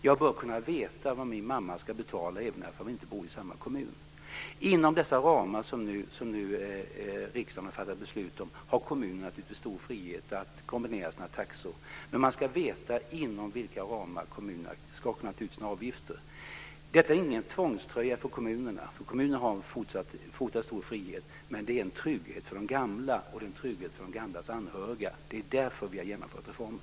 Jag bör kunna veta vad min mamma ska betala även om vi inte bor i samma kommun. Inom de ramar som riksdagen nu har fattat beslut om har kommunerna stor frihet att kombinera sina taxor, men man ska veta inom vilka ramar kommunerna kan ta ut sina avgifter. Detta är ingen tvångströja för kommunerna, för de har en fortsatt stor frihet, men det är en trygghet för de gamla och för de gamlas anhöriga. Det är därför vi har genomfört reformen.